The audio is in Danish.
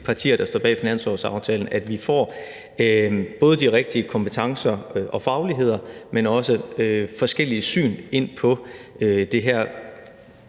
partier, der står bag finanslovsaftalen, at vi får både de rigtige kompetencer og fagligheder, men også forskellige syn ind på det her